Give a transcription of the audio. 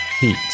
Heat